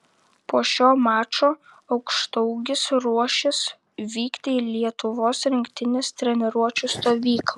po šio mačo aukštaūgis ruošis vykti į lietuvos rinktinės treniruočių stovyklą